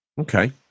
Okay